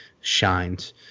shines